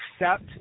accept